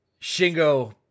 Shingo